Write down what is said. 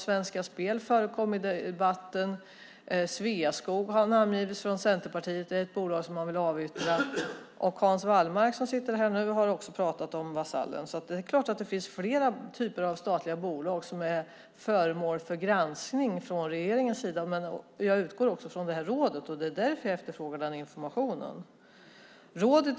Svenska Spel förekom i debatten, Sveaskog har namngivits från Centerpartiet som ett bolag som man vill yttra och Hans Wallmark, som sitter här nu, har också pratat om Vasallen. Det är alltså klart att det finns flera typer av statliga bolag som är föremål för granskning från regeringens sida, och jag utgår ifrån att det också gäller det här rådet. Det är därför jag efterfrågar den informationen.